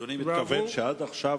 אדוני מתכוון שעד עכשיו